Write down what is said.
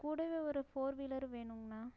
கூடவே ஒரு four wheeler வேணுங்ண்ணா